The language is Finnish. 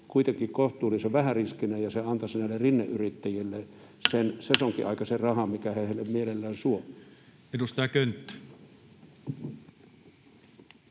kuitenkin kohtuullisen vähäriskistä ja antaisi näille rinneyrittäjille sen sesonkiaikaisen rahan, minkä heille mielellään suo. [Speech 56]